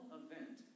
event